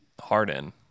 Harden